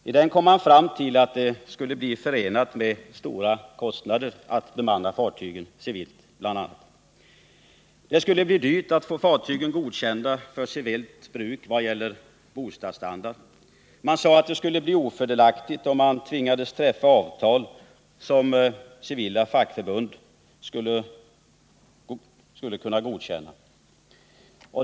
I den kom man bl.a. fram till att det skulle bli förenat med stora kostnader att bemanna fartygen civilt. Det skulle bli dyrt att få fartygen godkända för civilt bruk vad gäller bostadsstandard. Man sade att det skulle vara ofördelaktigt om man tvingades träffa avtal som civila fackförbund kunde godkänna.